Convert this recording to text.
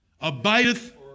abideth